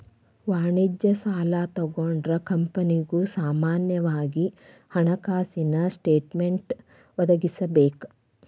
ವಾಣಿಜ್ಯ ಸಾಲಾ ತಗೊಂಡ್ರ ಕಂಪನಿಗಳು ಸಾಮಾನ್ಯವಾಗಿ ಹಣಕಾಸಿನ ಸ್ಟೇಟ್ಮೆನ್ಟ್ ಒದಗಿಸಬೇಕ